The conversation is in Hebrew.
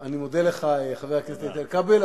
--- אני מודה לך, חבר הכנסת כבל.